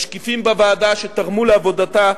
משקיפים בוועדה שתרמו לעבודתה,